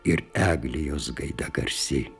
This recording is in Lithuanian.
ir eglė jos gaida garsi